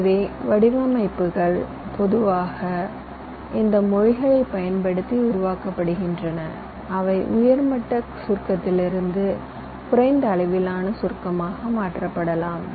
எனவே வடிவமைப்புகள் பொதுவாக இந்த மொழிகளைப் பயன்படுத்தி உருவாக்கப்படுகின்றன அவை உயர் மட்ட சுருக்கத்திலிருந்து குறைந்த அளவிலான சுருக்கமாக மாற்றப்படலாம்